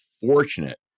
fortunate